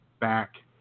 back